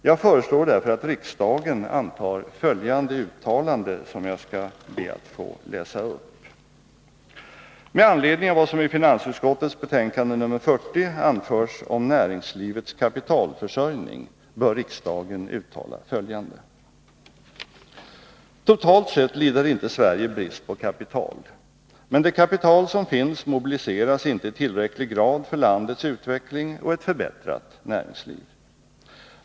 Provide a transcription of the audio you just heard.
Jag framställer därför med anledning av vad som i finansutskottets betänkande nr 40 anförs om näringslivets kapitalförsörjning följande yrkande: Totalt sett lider inte Sverige brist på kapital. Men det kapital som finns mobiliseras inte i tillräcklig grad för landets utveckling och ett förbättrat näringsliv.